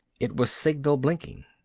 it was signal-blinking.